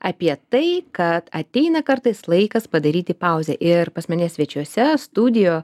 apie tai kad ateina kartais laikas padaryti pauzę ir pas mane svečiuose studio